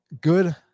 good